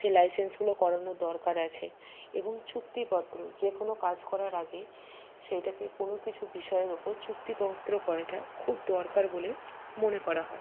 সেই লাইসেন্সগুলো করানোর দরকার আছে এবং চুক্তিপত্র যে কোন কাজ করার আগে সেইটাকে কোন কিছু বিষয়ের উপর চুক্তিপত্র করাটা খুব দরকার বলে মনে করা হয়